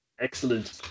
excellent